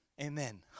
Amen